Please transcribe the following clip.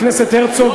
שחבר הכנסת הרצוג,